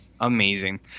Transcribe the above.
Amazing